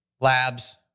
labs